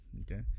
Okay